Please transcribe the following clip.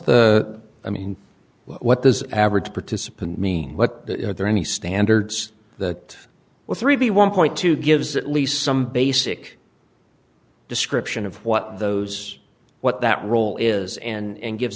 the i mean what does average participant mean what the are there any standards that were three b one point two gives at least some basic description of what those what that role is and gives